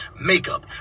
makeup